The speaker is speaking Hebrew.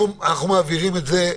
אנחנו מטפלים בזה,